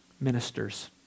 ministers